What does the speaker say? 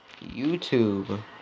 YouTube